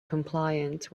compliant